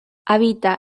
habita